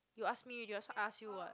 you ask me you just ask you what